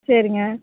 சரிங்க